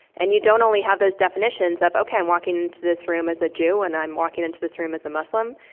and you don't only have those definitions of ok, i'm walking into this room as a jew and that i'm walking into this room as a muslim.